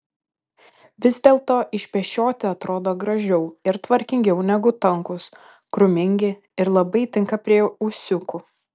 vis dėlto išpešioti atrodo gražiau ir tvarkingiau negu tankūs krūmingi ir labai tinka prie ūsiukų